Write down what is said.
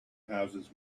houses